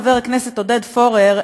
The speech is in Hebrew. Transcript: חבר הכנסת עודד פורר,